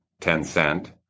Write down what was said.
Tencent